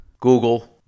Google